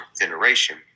generation